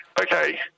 okay